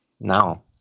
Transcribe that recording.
now